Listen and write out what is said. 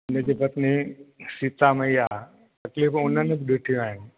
हक़ीक़त में सीता मैया तकलीफ़ूं हुननि बि ॾिठियूं आहिनि